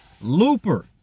Looper